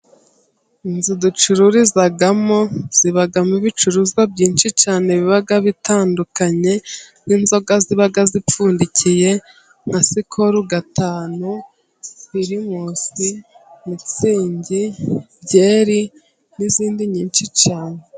Inzu ducururizamo zibamo ibicuruzwa byinshi cyane biba bitandukanye, nk'inzoga ziba zipfundikiye nka sikoro gatanu, primusi, mitsingi, byeri n'izindi nyinshi cyane.